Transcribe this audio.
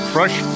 Fresh